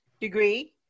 degree